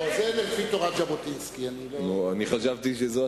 לא, זה לפי תורת ז'בוטינסקי, אני לא יודע.